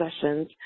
sessions